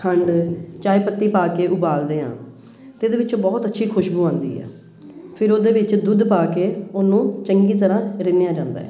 ਖੰਡ ਚਾਹੇ ਪੱਤੀ ਪਾ ਕੇ ਉਬਾਲਦੇ ਹਾਂ ਅਤੇ ਇਹਦੇ ਵਿੱਚੋਂ ਬਹੁਤ ਅੱਛੀ ਖੁਸ਼ਬੂ ਆਉਂਦੀ ਹੈ ਫਿਰ ਉਹਦੇ ਵਿੱਚ ਦੁੱਧ ਪਾ ਕੇ ਉਹਨੂੰ ਚੰਗੀ ਤਰ੍ਹਾਂ ਰਿੰਨ੍ਹਿਆ ਜਾਂਦਾ ਹੈ